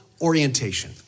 orientation